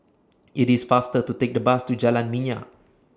IT IS faster to Take The Bus to Jalan Minyak